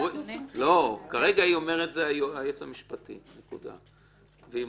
כרגע היא אומרת שזה היועץ המשפטי, נקודה, והיא